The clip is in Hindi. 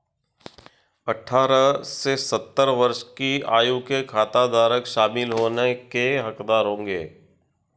अठारह से सत्तर वर्ष की आयु के खाताधारक शामिल होने के हकदार होंगे